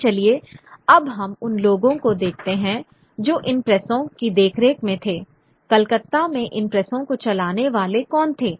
तो चलिए अब हम उन लोगों को देखते हैं जो इन प्रेसों की देखरेख में थे कलकत्ता में इन प्रेसों को चलाने वाले कौन थे